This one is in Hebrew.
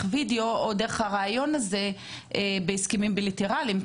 וידאו או דרך הראיון הזה בהסכמים בילטרליים,